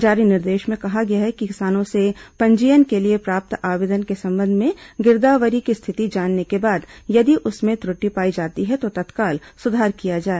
जारी निर्देश में कहा गया है कि किसानों से पंजीयन के लिए प्राप्त आवेदन के संबंध में गिरदावरी की स्थिति जानने के बाद यदि उसमें त्रुटि पाई जाती है तो तत्काल सुधार किया जाए